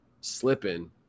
slipping